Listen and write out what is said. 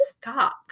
stop